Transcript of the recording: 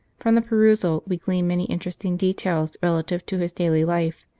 from the perusal we glean many interesting details relative to his daily life,